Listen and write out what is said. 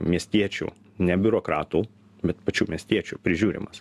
miestiečių ne biurokratų bet pačių miestiečių prižiūrimas